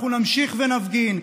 אנחנו נמשיך ונפגין,